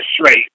straight